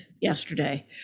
yesterday